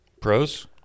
pros